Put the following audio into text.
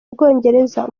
bwongereza